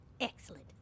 Excellent